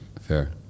Fair